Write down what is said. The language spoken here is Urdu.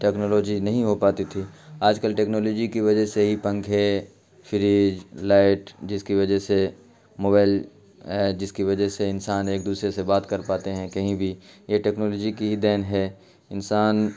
ٹیکنالوجی نہیں ہو پاتی تھی آج کل ٹیکنالوجی کی وجہ سے ہی پنکھے فریج لائٹ جس کی وجہ سے موبائل ہے جس کی وجہ سے انسان ایک دوسرے سے بات کر پاتے ہیں کہیں بھی یہ ٹیکنالوجی کی ہی دین ہے انسان